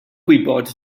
gwybod